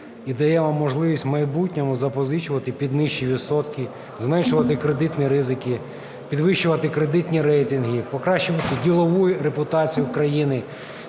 і дає нам можливість у майбутньому запозичувати під нижчі відсотки, зменшувати кредитні ризики, підвищувати кредитні рейтинги, покращувати ділову репутацію країни.